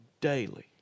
daily